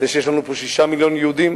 זה שיש לנו פה 6 מיליון יהודים,